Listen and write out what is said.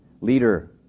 leader